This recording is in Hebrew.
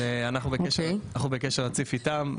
אנחנו בקשר רציף איתם.